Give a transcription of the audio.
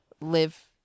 live